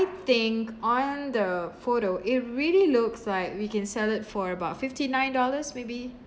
think on the photo it really looks like we can sell it for about fifty nine dollars maybe